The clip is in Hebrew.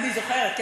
אני זוכרת.